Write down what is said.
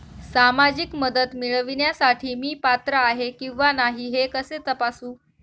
सामाजिक मदत मिळविण्यासाठी मी पात्र आहे किंवा नाही हे कसे तपासू?